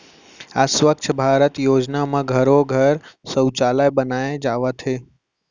आज स्वच्छ भारत योजना म घरो घर सउचालय बनाए जावत हे